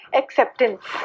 acceptance